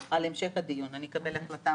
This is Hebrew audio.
האחת,